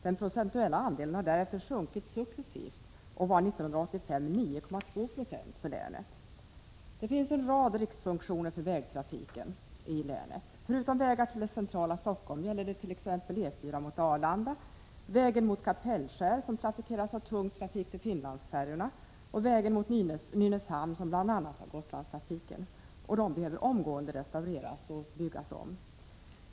Den procentuella andelen för länet har därefter successivt sjunkit och var 1985 9,2 96. Det finns en rad riksfunktioner för vägtrafiken i länet. Förutom vägar till det centrala Stockholm gäller det t.ex. E 4 mot Arlanda, vägen mot Kapellskär, som trafikeras av tung trafik till Finlandsfärjorna, och vägen mot Nynäshamn, som bl.a. har Gotlandstrafiken. De behöver omgående restaureras och byggas om.